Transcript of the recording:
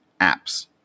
apps